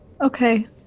Okay